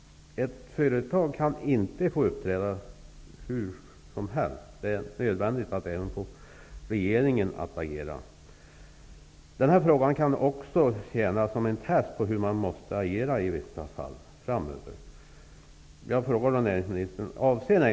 Ett företag kan inte få uppträda hur som helst. Det är nödvändigt att få även regeringen att agera. Denna fråga kan även tjäna som ett test på hur man måste agera i vissa fall framöver.